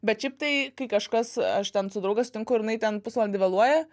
bet šiaip tai kai kažkas aš ten su draugais sutinku ir jinai ten pusvalandį vėluoja